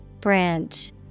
Branch